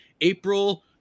April